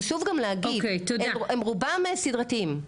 חשוב גם להגיד הם רובם סדרתיים.